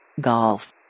Golf